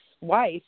wife